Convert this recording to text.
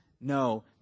no